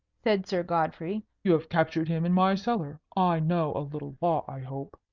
said sir godfrey. you have captured him in my cellar. i know a little law, i hope.